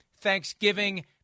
Thanksgiving